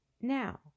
Now